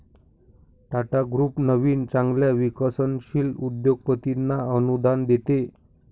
Tata group नवीन चांगल्या विकसनशील उद्योगपतींना अनुदान देते